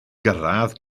gyrraedd